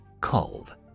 cold